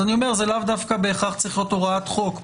זאת לאו דווקא בהכרח צריכה להיות הוראת חוק,